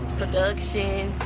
production.